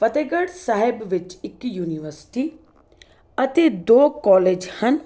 ਫਤਿਹਗੜ੍ਹ ਸਾਹਿਬ ਵਿੱਚ ਇੱਕ ਯੂਨੀਵਰਸਿਟੀ ਅਤੇ ਦੋ ਕੋਲੇਜ ਹਨ